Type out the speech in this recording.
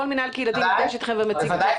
בוודאי.